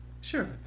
Sure